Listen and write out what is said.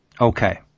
okay